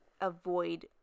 avoid